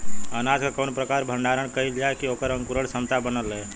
अनाज क कवने प्रकार भण्डारण कइल जाय कि वोकर अंकुरण क्षमता बनल रहे?